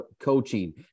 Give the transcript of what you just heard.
coaching